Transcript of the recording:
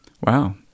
Wow